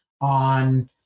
on